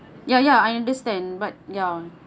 ya ya I understand but ya